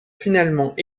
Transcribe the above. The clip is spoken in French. finalement